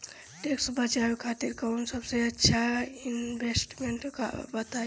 Tax बचावे खातिर कऊन सबसे अच्छा इन्वेस्टमेंट बा बताई?